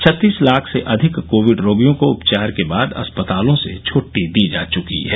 छत्तीस लाख से अधिक कोविड रोगियों को उपचार के बाद अस्पतालों से छट्टी दी जा चुकी है